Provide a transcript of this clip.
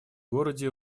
городе